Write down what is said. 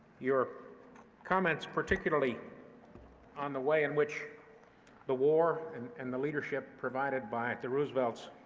your comments, particularly on the way in which the war and and the leadership provided by the roosevelts